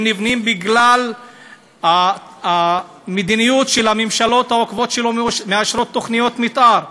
הם נבנים בגלל המדיניות של הממשלות העוקבות שלא מאשרות תוכניות מתאר,